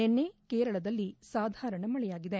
ನಿನ್ನೆ ಕೇರಳದಲ್ಲಿ ಸಾಧಾರಣ ಮಳೆಯಾಗಿದೆ